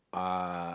uh